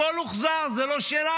הכול הוחזר, זה לא שלנו.